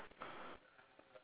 ah ya